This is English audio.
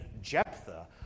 Jephthah